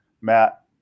Matt